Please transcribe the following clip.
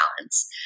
balance